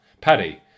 Paddy